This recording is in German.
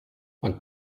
man